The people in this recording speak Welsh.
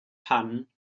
pan